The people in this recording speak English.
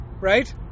Right